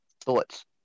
Thoughts